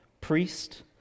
priest